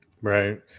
Right